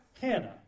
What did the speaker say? Hannah